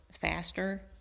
faster